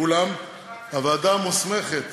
ואולם, הוועדה מוסמכת